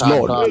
Lord